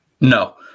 No